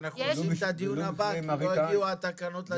אנחנו עושים את הדיון הבא כי לא הגיעו התקנות לדיון הזה.